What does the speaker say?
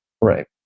Right